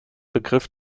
begriff